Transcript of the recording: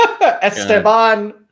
Esteban